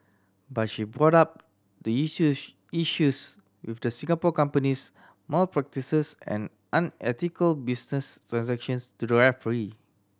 but she brought up the issues with the Singapore company's malpractices and unethical business transactions to the referee